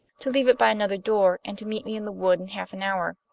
to leave it by another door and to meet me in the wood in half an hour.